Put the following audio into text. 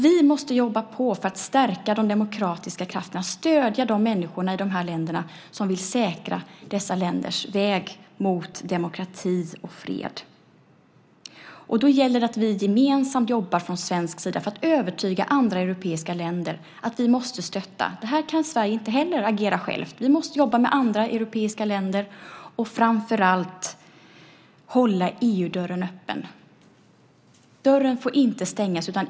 Vi måste jobba på för att stärka de demokratiska krafterna, stödja de människor i de länderna som vill säkra dessa länders väg mot demokrati och fred. Då gäller det att vi jobbar gemensamt från svensk sida för att övertyga andra europeiska länder om att vi måste stötta. Här kan Sverige inte heller agera självt. Vi måste jobba med andra europeiska länder och framför allt hålla EU-dörren öppen. Dörren får inte stängas.